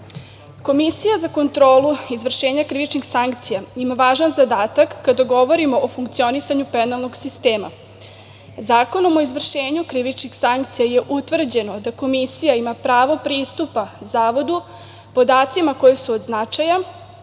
za kontrolu izvršenja krivičnih sankcija ima važan zadatak kada govorimo o funkcionisanju penalnog sistema. Zakonom o izvršenju krivičnih sankcija je utvrđeno da Komisija ima pravo pristupa Zavodu, podacima koji su od značaja,